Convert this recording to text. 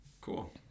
Cool